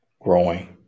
growing